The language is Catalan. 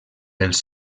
els